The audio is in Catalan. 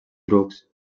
trucs